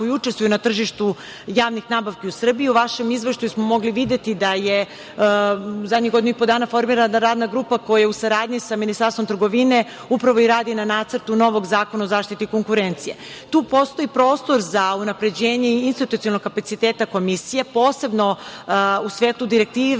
učestvuju na tržištu javnih nabavki u Srbiji. U vašem izveštaju smo mogli videti da je u zadnjih godinu i po dana formirana jedna radna grupa koja u saradnji sa Ministarstvom trgovine upravo i radi na Nacrtu novog zakona o zaštiti konkurencije. Tu postoji prostor za unapređenje institucionalnog kapaciteta Komisije, posebno u svetu direktive